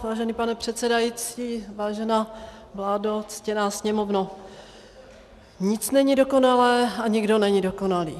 Vážený pane předsedající, vážená vládo, ctěná sněmovno, nic není dokonalé a nikdo není dokonalý.